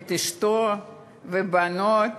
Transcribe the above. את אשתו והבנות,